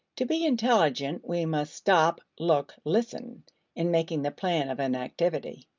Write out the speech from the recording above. to be intelligent we must stop, look, listen in making the plan of an activity.